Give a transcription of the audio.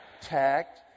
tact